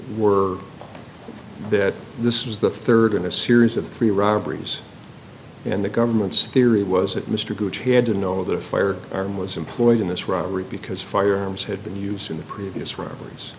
were that this was the third in a series of three robberies and the government's theory was that mr gooch had to know that fire arm was employed in this robbery because firearms had been used in the previous robberies